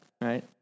right